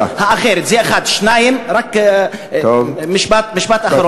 זה, אתה הוא שמבודד את עצמך.